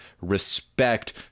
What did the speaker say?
respect